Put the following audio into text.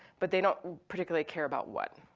but they don't particularly care about what.